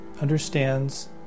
understands